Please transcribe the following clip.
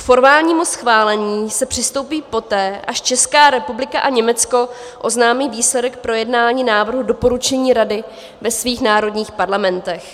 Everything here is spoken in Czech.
K formálnímu schválení se přistoupí poté, až Česká republika a Německo oznámí výsledek projednání návrhu doporučení Rady ve svých národních parlamentech.